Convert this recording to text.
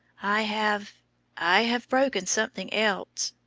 i have i have broken something else.